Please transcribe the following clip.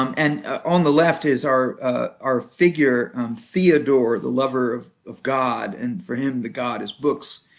um and on the left is our our figure theodore, the lover of of god, and for him the god is books.